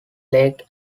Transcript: lake